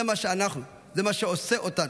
זה מה שאנחנו, זה מה שעושה אותנו.